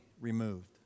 removed